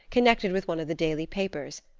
connected with one of the daily papers,